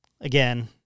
Again